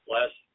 Last